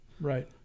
Right